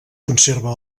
conserva